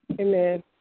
Amen